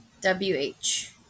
W-H